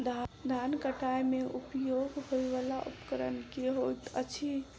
धान कटाई मे उपयोग होयवला उपकरण केँ होइत अछि?